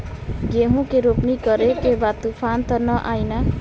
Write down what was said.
गेहूं के रोपनी करे के बा तूफान त ना आई न?